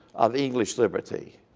of english liberty.